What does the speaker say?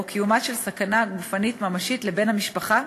או קיומה של סכנה גופנית ממשית לבן המשפחה,